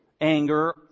anger